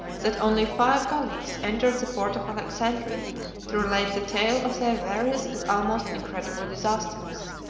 that only five galleys entered the port of alexandria to relate the tale of their various and almost incredible disasters.